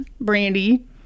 Brandy